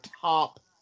top